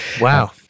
wow